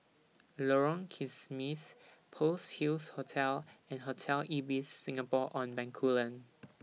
Lorong Kismis Pearl's Hills Hotel and Hotel Ibis Singapore on Bencoolen